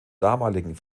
damaligen